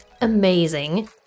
amazing